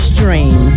Stream